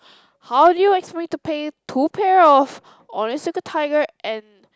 how do you expect me to pay two pair of Onitsuka-Tiger and